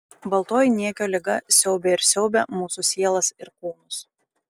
baltoji niekio liga siaubė ir siaubia mūsų sielas ir kūnus